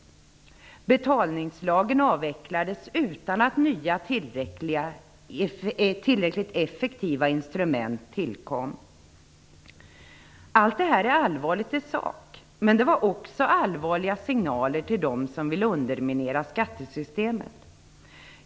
Betalningslagen avvecklades utan att nya tillräckligt effektiva instrument tillkom. Detta är allvarligt i sak, men det var också allvarliga signaler till dem som vill underminera skattesystemet.